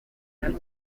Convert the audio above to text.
and